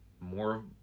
more